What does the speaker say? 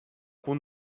punt